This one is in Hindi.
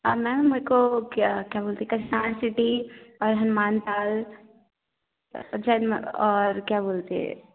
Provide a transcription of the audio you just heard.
मैम मेरे को क्या क्या बोलते है करसान सिटी और हनुमान का जन्म और क्या बोलते